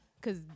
Cause